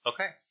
Okay